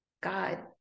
God